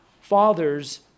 Fathers